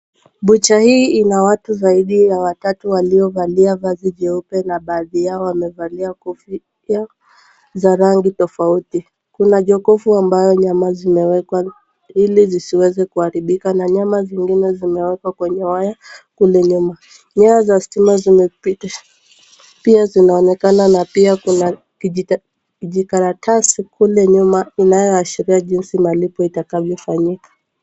Bucha hiii ina watu zaidi ya watatu waliovalia vazi jeupe na baadhi yao wamevalia kofia za rangi tafauti. Kuna jokovu ambayo nyama zimewekwa ili zisiweze kuaribika na nyama zingine zimewekwa kwenye waya kule nyuma. Nyaya za stima zimepita pia zinaonekana na pia kuna kijikaratasi kule nyuma inayoashiria jinsi malipo itakavyofanyika.